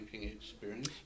experience